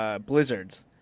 blizzards